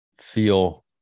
feel